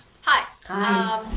Hi